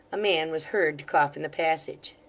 a man was heard to cough in the passage.